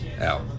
Out